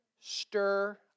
stir